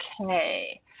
Okay